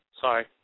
Sorry